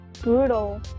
brutal